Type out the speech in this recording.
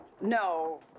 No